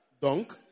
Donc